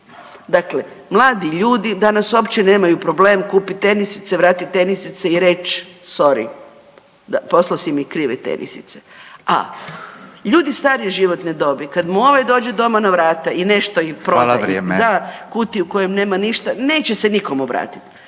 Dakle, mladi ljudi danas uopće nemaju problem kupit tenisice, vratit tenisice i reć sory poslao si mi krive tenisice, a ljudi starije životne dobi kad mu ovaj dođe doma na vrata i nešto im prodaje …/Upadica Radin: Hvala, vrijeme./… da kutiju